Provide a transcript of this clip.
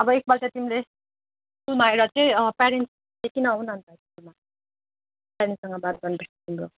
अब एकपल्ट तिमीले स्कुलमा आएर चाहिँ अँ प्यारेन्ट्स लिइकन आउन अन्त स्कुलमा पेरेन्ट्ससँग बात गर्नुपर्छ तिम्रो